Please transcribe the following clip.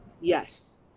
Yes